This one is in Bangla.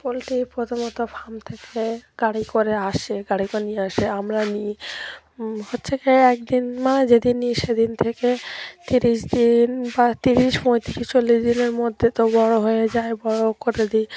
পোলট্রি প্রথমত ফার্ম থেকে গাড়ি করে আসে গাড়ি করে নিয়ে আসে আমরা নিই হচ্ছে কি একদিন মানে যেদিন নিই সেদিন থেকে তিরিশ দিন বা তিরিশ পঁয়ত্রিশ চল্লিশ দিনের মধ্যে তো বড়ো হয়ে যায় বড় করে দিই